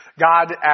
God